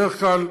בדרך כלל,